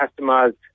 customized